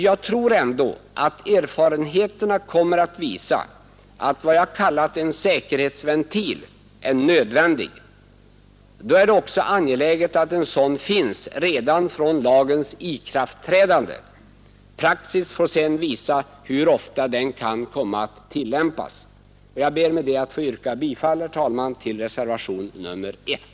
Jag tror ändå att erfarenheterna kommer att visa att vad jag kallat en säkerhetsventil är nödvändig. Då är det också angeläget att en sådan finns redan från lagens ikraftträdande. Praxis får sedan visa hur ofta den kan komma att tillämpas. Jag ber med detta, herr talman, att få yrka bifall till reservationen 1.